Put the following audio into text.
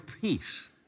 peace